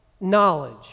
knowledge